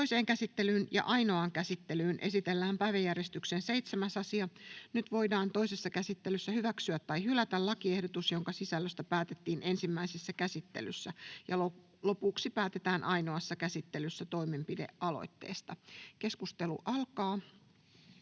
Toiseen käsittelyyn ja ainoaan käsittelyyn esitellään päiväjärjestyksen 7. asia. Nyt voidaan toisessa käsittelyssä hyväksyä tai hylätä lakiehdotus, jonka sisällöstä päätettiin ensimmäisessä käsittelyssä. Lopuksi päätetään ainoassa käsittelyssä toimenpidealoitteesta. Keskustelu alkaa.